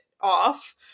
off